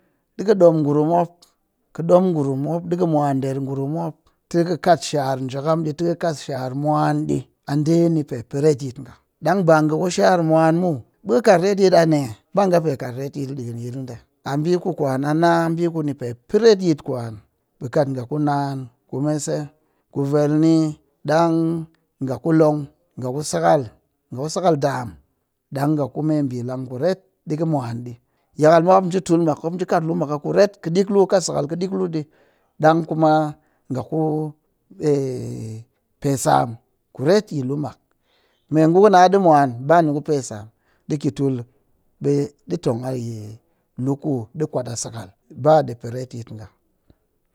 Ɗikɨ ɗom ngurum mop. kɨ ɗom ngurum mop ɗikɨ mwn ɗer nguum mop tɨ kɨ kat shar jakam ɗi tɨ kɨ kat shar mwan ɗi, a ɗe ni pe pee rtyit nga ɗang ba nga shar mwan muw ɓi kɨ kat retyit anee ba nga pe kat reyit ɗikɨn yil ɗe. A ɓi ku kwan a na ɓi kuni pe pee retyit kwan ɓe kat nga ku naan kume se, ku vel ɗang nga ku long nga ku sakal nga ku sakaal ɗaam ɗang nga ku meɓi lnag kuret ɗikɨ mwan yakal ɗang mop njii tul mak mop njii kat lu mak a ku ret kɨ ɗikklu ɗi kɨ kat sakal kɨ ɗikklu ɗi, ɗang kuma nga ku kwe pesam kuret yi lumak. Me ngu kɨ na ɗi mwan bani ku pesam ɗi ki tul ɓe ɗi tong a lu ku ɗi kwat a sakal bba ɗi pee retyit nga.